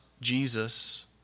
Jesus